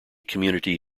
community